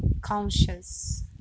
conscious